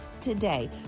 Today